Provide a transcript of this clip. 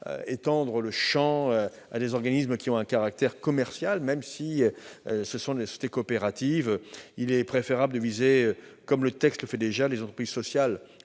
service civique à des organismes qui ont un caractère commercial, même s'il s'agit de sociétés coopératives. Il est préférable de viser, comme le texte le fait déjà, les entreprises